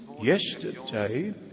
yesterday